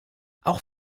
auch